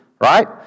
right